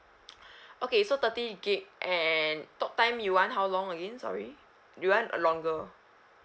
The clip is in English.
okay so thirty gig and talk time you want how long again sorry you want a longer